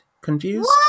confused